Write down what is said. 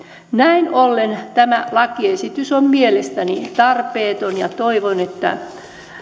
näin ollen tämä lakiesitys on mielestäni tarpeeton ja toivon että